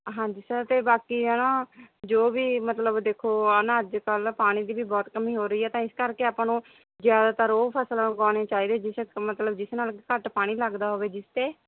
ਹਾਂਜੀ ਸਰ ਤੇ ਬਾਕੀ ਹਨਾ ਜੋ ਵੀ ਮਤਲਬ ਦੇਖੋ ਆ ਨਾ ਅੱਜ ਕੱਲ ਪਾਣੀ ਦੀ ਵੀ ਬਹੁਤ ਕਮੀ ਹੋ ਰਹੀ ਐ ਤਾਂ ਇਸ ਕਰਕੇ ਆਪਾਂ ਨੂੰ ਜਿਆਦਾਤਰ ਉਹ ਫਸਲਾਂ ਉਗਾਣੀ ਚਾਹੀਦੀ ਜਿਸ ਮਤਲਬ ਜਿਸ ਨਾਲ ਕੀ ਘੱਟ ਪਾਣੀ ਲੱਗਦਾ ਹੋਵੇ ਜਿਸ ਤੇ